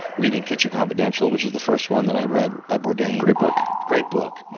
reading kitchen confidential, which was the first one that i read by bourdain. great book. great book.